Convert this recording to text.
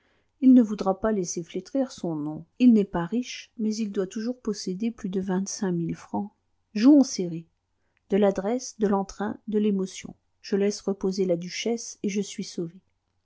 il ne voudra pas laisser flétrir son nom il n'est pas riche mais il doit toujours posséder plus de vingt-cinq mille francs jouons serré de l'adresse de l'entrain de l'émotion je laisse reposer la duchesse et je suis sauvé